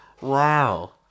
Wow